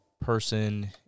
person